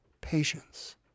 patience